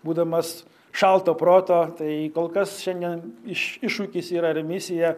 būdamas šalto proto tai kol kas šiandien iš iššūkis yra ar misija